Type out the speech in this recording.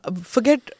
Forget